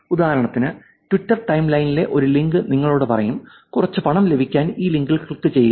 ഉദാഹരണത്തിന് ട്വിറ്റർ ടൈംലൈനിലെ ഒരു ലിങ്ക് നിങ്ങളോട് പറയും കുറച്ച് പണം ലഭിക്കാൻ ഈ ലിങ്കിൽ ക്ലിക്കുചെയ്യുക